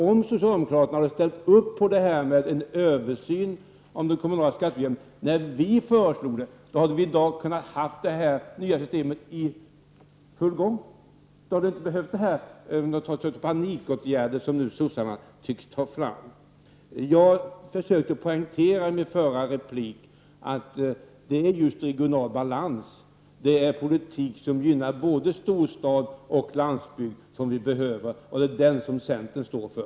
Om socialdemokraterna vidare hade ställt sig bakom en översyn av den kommunala skatteutjämningen när vi föreslog det, hade vi i dag kunnat ha det systemet i full funktion. Då hade vi inte behövt ta till de panikåtgärder som sossarna nu tycks tillgripa. Jag försöker poängtera i min förra replik att det är regional balans, en politik som gynnar både storstad och landsbygd, som vi behöver och som centern står för.